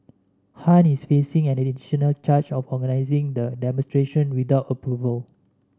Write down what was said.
Han is facing an additional charge of organising the demonstration without approval